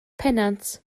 pennant